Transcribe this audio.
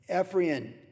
Ephraim